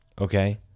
okay